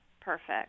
perfect